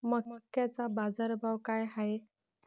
मक्याचा बाजारभाव काय हाय?